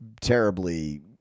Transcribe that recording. terribly